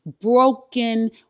broken